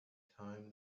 time